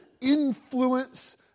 influence